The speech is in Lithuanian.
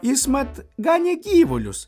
jis mat ganė gyvulius